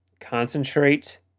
concentrate